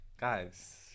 guys